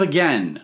Again